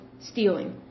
stealing